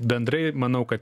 bendrai manau kad